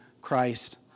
Christ